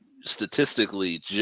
statistically